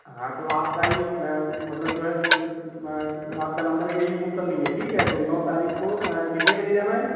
हाँ तो आपका यह मतलब जो है आपका नंबर यही बुक कर लेंगे ठीक है तो नौ तारीख़ को कितने बजे जाना है